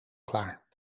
klaar